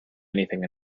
anything